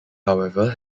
however